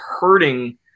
hurting